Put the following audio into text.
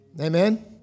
Amen